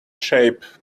shape